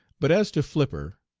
but as to flipper,